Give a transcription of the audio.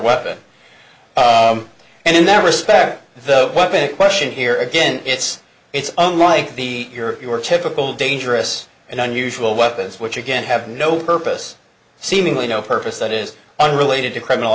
weapon and in that respect the big question here again it's it's unlike the your typical dangerous and unusual weapons which again have no purpose seemingly no purpose that is unrelated to criminal